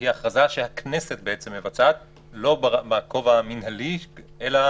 היא הכרזה שהכנסת בעצם מבצעת לא בכובע המינהלי אלא